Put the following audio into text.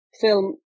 film